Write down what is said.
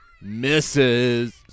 misses